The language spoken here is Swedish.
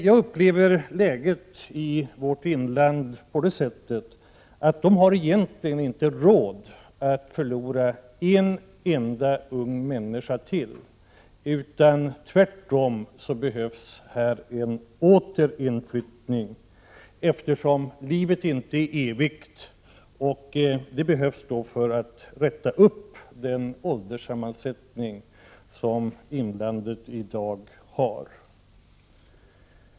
Jag uppfattar läget i Västerbottens inland på det sättet att man där egentligen inte har råd att förlora en enda ung människa till. Tvärtom behövs det en återinflyttning. Eftersom livet inte är evigt behövs en återinflyttning för att rätta till den nuvarande ålderssammansättningen hos befolkningen i inlandet.